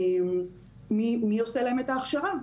מי עושה להם את ההכשרה?